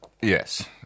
Yes